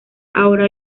ahora